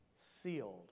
Sealed